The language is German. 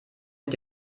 mit